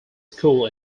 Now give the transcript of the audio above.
school